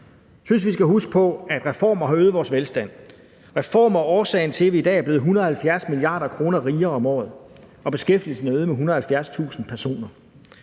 Jeg synes, vi skal huske på, at reformer har øget vores velstand. Reformer er årsagen til, at vi i dag er blevet 170 mia. kr. rigere om året, og at beskæftigelsen er øget med 170.000 personer.